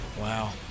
Wow